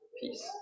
peace